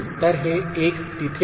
तर हे 1 तिथे असेल